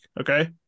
okay